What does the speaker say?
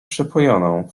przepojoną